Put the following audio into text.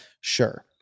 Sure